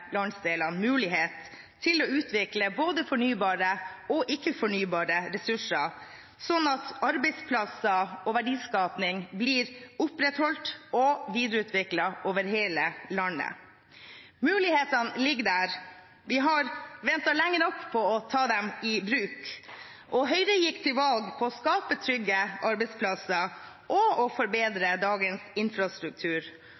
landsdelene mulighet til å utvikle både fornybare og ikke-fornybare ressurser, slik at arbeidsplasser og verdiskaping blir opprettholdt og videreutviklet over hele landet. Mulighetene ligger der, vi har ventet lenge nok på å ta dem i bruk. Høyre gikk til valg på å skape trygge arbeidsplasser og å